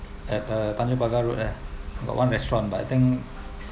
at the tanjong pagar road there got one restaurant but I think